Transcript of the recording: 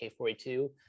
K42